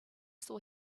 saw